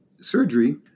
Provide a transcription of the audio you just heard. surgery